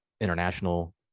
international